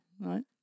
right